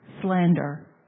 slander